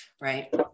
right